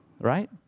right